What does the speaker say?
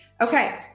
Okay